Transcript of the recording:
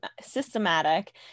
systematic